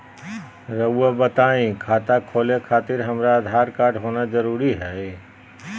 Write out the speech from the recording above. रउआ बताई खाता खोले खातिर हमरा आधार कार्ड होना जरूरी है?